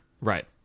Right